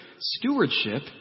stewardship